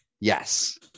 Yes